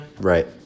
Right